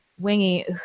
Wingy